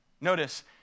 Notice